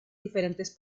diferentes